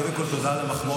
קודם כול תודה על המחמאות,